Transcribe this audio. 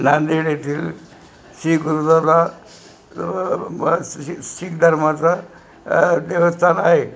नांदेड येथील सि गुरुद्वारा म सि शीख धर्माचा देवस्थान आहे